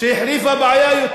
גם זו.